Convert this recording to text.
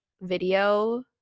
video